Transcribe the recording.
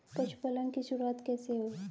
पशुपालन की शुरुआत कैसे हुई?